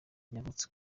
yavutse